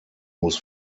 muss